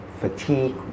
fatigue